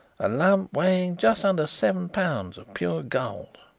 a lump weighing just under seven pounds of pure gold.